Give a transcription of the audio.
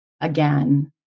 again